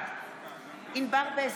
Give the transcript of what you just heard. בעד ענבר בזק,